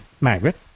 Margaret